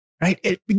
right